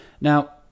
Now